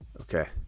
Okay